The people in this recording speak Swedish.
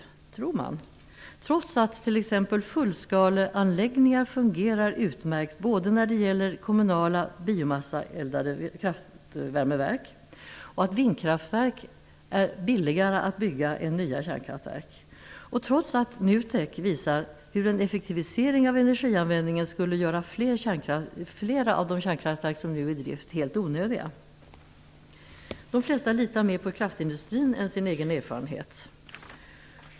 Detta tror man alltså, trots att exempelvis fullskaleanläggningar fungerar utmärkt när det gäller kommunala med biomassa eldade kraftvärmeverk, att vindkraftverk är billigare att bygga än nya kärnkraftverk och att NUTEK visar hur en effektivisering av energianvändningen skulle göra flera av de kärnkraftverk som nu är i drift helt onödiga. De flesta litar mera på kraftindustrin än på sin egen erfarenhet.